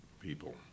people